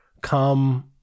come